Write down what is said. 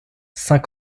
saint